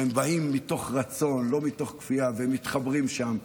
והם באים מתוך רצון, לא מתוך כפייה, ומתחברים שם.